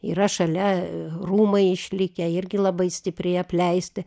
yra šalia rūmai išlikę irgi labai stipriai apleisti